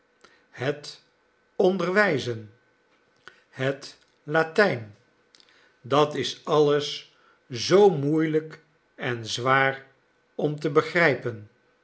het onderwijzen het latijn dat is alles zoo moeielijk en zwaar om te begrijpen